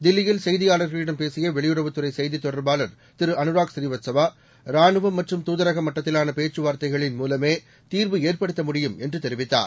தில்லியில்செய்தியாளர்களிடம்பேசியவெளியுறவுதுறை செய்திதொடர்பாளர்திரு அனுராக்ஸ்வீவத்சவா ராணுவம்மற்றும்தாதரகமட்டத்திலானபேச்சுவார்த்தைக ளின்மூலமேதீர்வுஏற்படுத்தமுடியும்என்றுதெரிவித்தார்